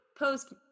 Post